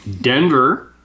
Denver